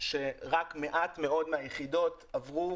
שרק מעט מאוד מהיחידות עברו,